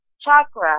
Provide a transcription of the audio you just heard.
chakra